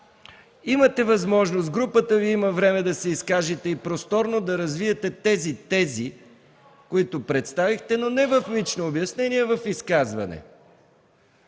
Имате възможност, групата Ви има време, да се изкажете и просторно да развиете тезите, които представихте, но не в лично обяснение, а в изказване.